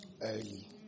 early